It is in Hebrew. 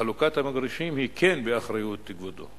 חלוקת המגרשים היא כן באחריות כבודו.